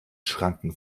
schranken